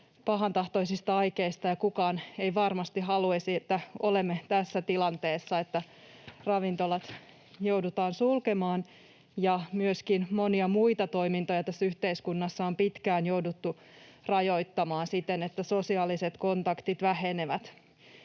pahantahtoisista aikeista. Kukaan ei varmasti haluaisi, että olemme tässä tilanteessa, että ravintolat joudutaan sulkemaan ja myöskin monia muita toimintoja tässä yhteiskunnassa on pitkään jouduttu rajoittamaan siten, että sosiaaliset kontaktit vähenevät.